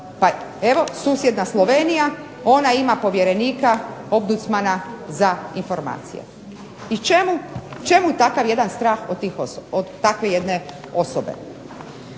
Pa evo susjedna Slovenija, ona ima povjerenika ombudsmana za informacije. I čemu takav jedan strah od takve jedne osobe?